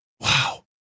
Wow